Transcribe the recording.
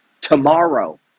Tomorrow